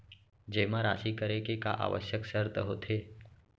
जेमा राशि करे के का आवश्यक शर्त होथे?